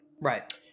right